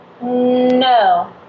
No